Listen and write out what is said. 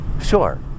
Sure